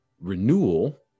Renewal